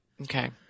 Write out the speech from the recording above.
Okay